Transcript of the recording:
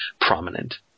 prominent